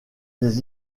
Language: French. des